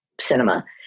cinema